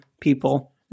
people